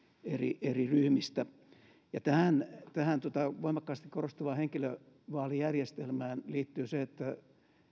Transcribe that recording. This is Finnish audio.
eri eri ryhmistä kärkeen ja valituksi tähän voimakkaasti korostuvaan henkilövaalijärjestelmään liittyy se että